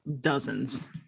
Dozens